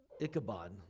Ichabod